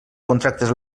contractes